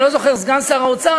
סגן שר האוצר,